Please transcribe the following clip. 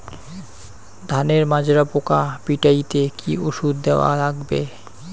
ধানের মাজরা পোকা পিটাইতে কি ওষুধ দেওয়া লাগবে?